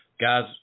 Guys